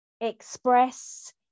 express